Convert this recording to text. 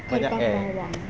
air